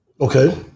Okay